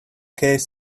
case